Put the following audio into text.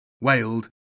wailed